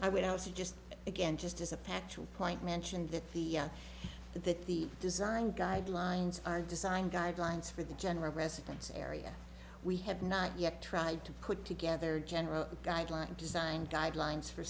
i would also just again just as a patchwork point mentioned that the that the design guidelines are designed guidelines for the general residence area we have not yet tried to put together general guideline design guidelines for